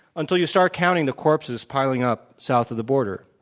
until you start counting the corpses piling up south of the border.